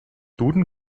duden